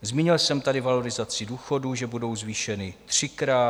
Zmínil jsem tady valorizaci důchodů, že budou zvýšeny třikrát.